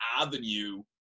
avenue